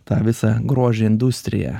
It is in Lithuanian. tą visą grožio industriją